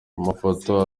amafoto